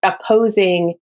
opposing